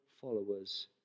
followers